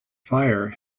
fire